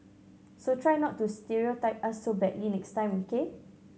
so try not to stereotype us so badly next time K